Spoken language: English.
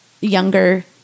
younger